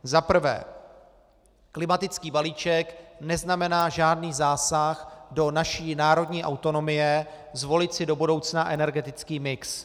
Za prvé, klimatický balíček neznamená žádný zásah do naší národní autonomie zvolit si do budoucna energetický mix.